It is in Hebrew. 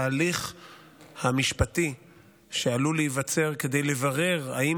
ההליך המשפטי שעלול להיווצר כדי לברר האם